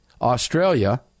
Australia